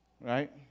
Right